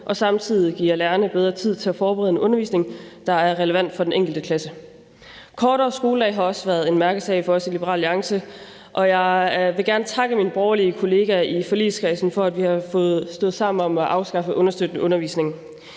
og samtidig giver lærerne bedre tid til at forberede en undervisning, der er relevant for den enkelte klasse. Kortere skoledage har også været en mærkesag for os i Liberal Alliance, og jeg vil gerne takke mine borgerlige kollegaer i forligskredsen, for at vi har stået sammen om at afskaffe understøttende undervisning.